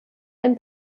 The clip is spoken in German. ein